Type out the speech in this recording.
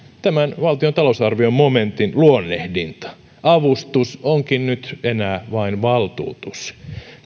tämän valtion talousarvion momentin luonnehdintaa avustus onkin nyt enää vain valtuutus